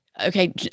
Okay